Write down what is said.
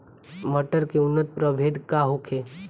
मटर के उन्नत प्रभेद का होखे?